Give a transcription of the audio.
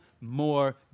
more